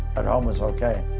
at home was okay.